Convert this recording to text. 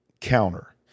counter